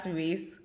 race